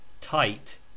tight